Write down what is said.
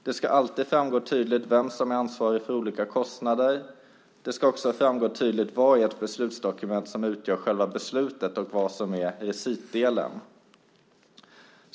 Det ska alltid framgå tydligt vem som är ansvarig för olika kostnader och vad i ett beslutsdokument som utgör själva beslutet och vad som utgör recitdelen.